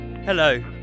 Hello